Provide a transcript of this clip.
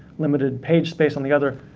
limited page space on the other,